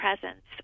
presence